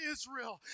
Israel